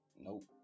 Nope